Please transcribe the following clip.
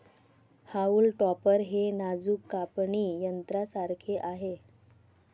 haulm topper हे नाजूक कापणी यंत्रासारखे आहे